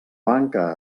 banca